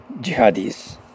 jihadis